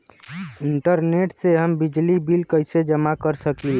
Internet से हम बिजली बिल कइसे जमा कर सकी ला?